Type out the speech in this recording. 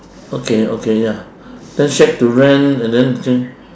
okay okay ya then shack to rent and then